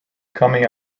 coming